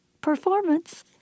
performance